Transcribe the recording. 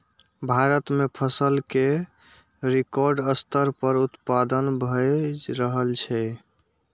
भारत मे फसल केर रिकॉर्ड स्तर पर उत्पादन भए रहल छै